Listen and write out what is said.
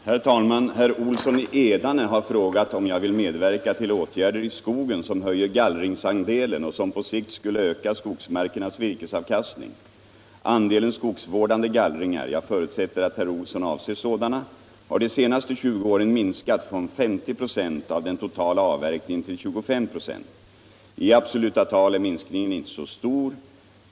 Herr talman! Herr Olsson i Edane har frågat om jag vill medverka till åtgärder i skogen som höjer gallringsandelen och som på sikt skulle öka skogsmarkernas virkesavkastning. Andelen skogsvårdande gallringar — jag förutsätter att herr Olsson avser sådana — har de senaste 20 åren minskat från 50 96 av den totala avverkningen till 25 96. I absoluta tal är minskningen inte så stor.